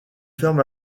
ferme